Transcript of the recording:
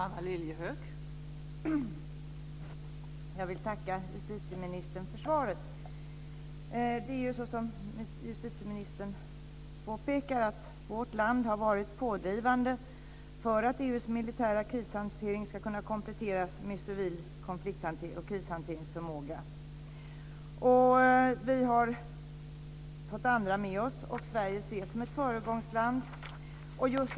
Fru talman! Jag vill tacka justitieministern för svaret. Som justitieministern påpekar har vårt land varit pådrivande för att EU:s militära krishantering ska kunna kompletteras med civil konflikt och krishanteringsförmåga. Vi har fått andra med oss. Sverige ses som ett föregångsland.